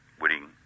winning